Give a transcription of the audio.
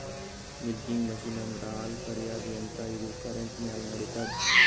milking machine ಅಂದ್ರ ಹಾಲ್ ಕರ್ಯಾದ್ ಯಂತ್ರ ಇದು ಕರೆಂಟ್ ಮ್ಯಾಲ್ ನಡಿತದ್